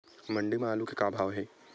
मंडी म आलू के का भाव हे?